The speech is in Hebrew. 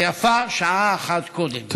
ויפה שעה אחת קודם.